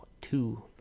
two